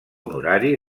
honorari